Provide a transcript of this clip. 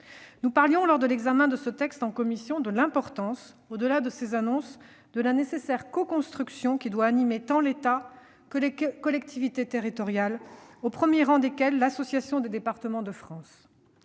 nous parlions, lors de l'examen de ce texte en commission, de l'importance de la nécessaire coconstruction qui doit animer tant l'État que les collectivités territoriales, au premier rang desquelles l'Assemblée des départements de France